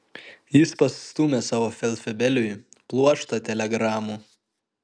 jis pastūmė savo feldfebeliui pluoštą telegramų